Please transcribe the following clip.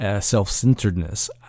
self-centeredness